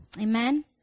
Amen